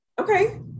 Okay